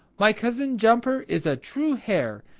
my cousin jumper is a true hare,